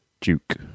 Duke